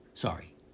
Sorry